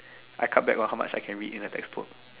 I come back on how much I can read in a textbook